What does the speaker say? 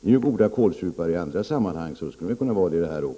Ni är ju goda kålsupare i andra sammanhang, så ni skulle ju kunna vara det även här.